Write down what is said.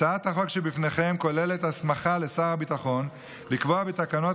הצעת החוק שלפניכם כוללת הסמכה לשר הביטחון לקבוע בתקנות